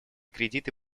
кредиты